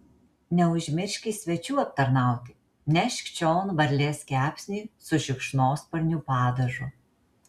neužmirški svečių aptarnauti nešk čion varlės kepsnį su šikšnosparnių padažu